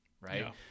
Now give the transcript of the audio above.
Right